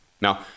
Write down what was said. Now